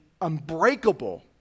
unbreakable